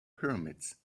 pyramids